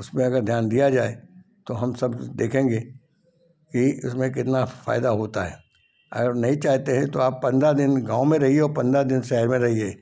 उसमें अगर ध्यान दिया जाए तो हम सब देखेंगे कि इसमें कितना फायदा होता है और नहीं चाहते हैं तो आप पंद्रह दिन गाँव में रही हो पंद्रह दिन शहर में रहिए